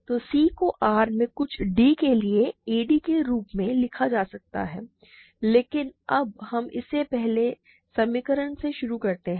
तो c को R में कुछ d के लिए a d के रूप में लिखा जा सकता है लेकिन अब हम इसे पहले के समीकरण से शुरू करते हैं